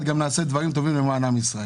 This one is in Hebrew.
גם נעשה דברים טובים למען עם ישראל.